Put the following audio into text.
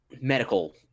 medical